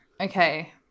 Okay